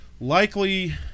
Likely